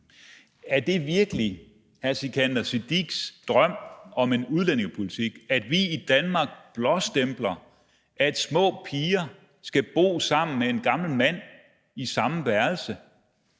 Er det virkelig hr. Sikandar Siddiques drøm om en udlændingepolitik: at vi i Danmark blåstempler, at små piger skal bo sammen med en gammel mand i samme værelse